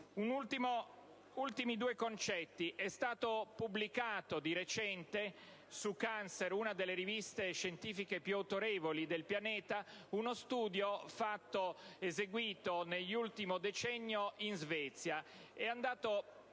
sono i seguenti. È stato pubblicato di recente su «Cancer», una delle riviste scientifiche più autorevoli del pianeta, uno studio eseguito nell'ultimo decennio in Svezia.